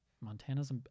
Montana's